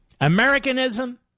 Americanism